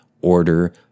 order